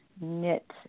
knit